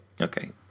okay